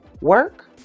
work